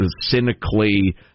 cynically